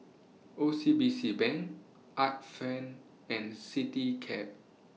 O C B C Bank Art Friend and Citycab